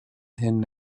hyn